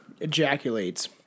ejaculates